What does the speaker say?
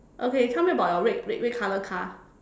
okay tell me about your red red color car